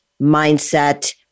mindset